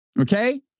okay